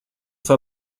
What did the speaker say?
fue